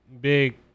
big